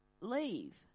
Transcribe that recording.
leave